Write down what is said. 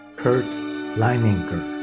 kurt leininger.